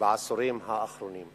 בעשורים האחרונים.